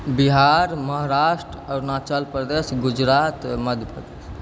Bihar Maharashtra Arunachal Pradesh Gujarat Madhya Pradesh